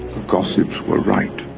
gossips were right.